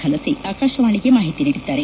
ಹಲಸೆ ಆಕಾಶವಾಣಿಗೆ ಮಾಹಿತಿ ನೀಡಿದ್ದಾರೆ